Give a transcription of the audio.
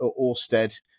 Orsted